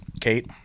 Kate